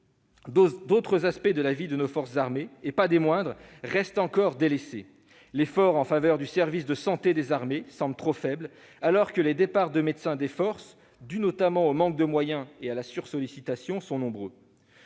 D'autres aspects de la vie de nos forces armées, et pas des moindres, restent encore délaissés. L'effort en faveur du service de santé des armées semble trop faible alors que les départs de médecins des forces, dus notamment au manque de moyens et à la sursollicitation, sont nombreux.